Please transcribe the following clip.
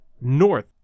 north